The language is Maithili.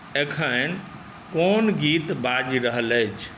एखन कोन गीत बाजि रहल अछि